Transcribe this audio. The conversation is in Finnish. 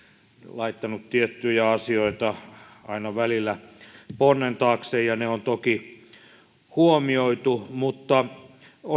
laittanut tiettyjä asioita aina välillä ponnen taakse ja ne on toki huomioitu mutta